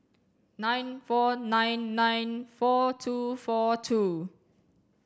nine four nine nine four two four two